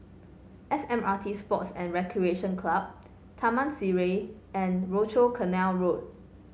S M R T Sports and Recreation Club Taman Sireh and Rochor Canal Road